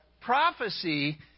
prophecy